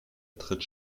tritt